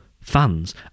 fans